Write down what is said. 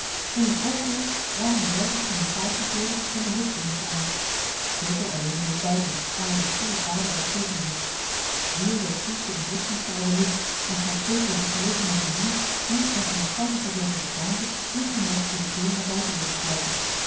in een oogwenk waren de ruiters van hun paard gegleden en de hut binnengeijld fulco alleen bleef buiten waar hij de schuwe paarden bij den teugd hield weer doorkliefde een bliksemstraal de lucht en gaf fulco de gelegenheid te zien hoe eene in elkander gedoken gedaante ongemerkt door de deur naar buiten wilde sluipen